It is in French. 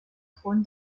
trône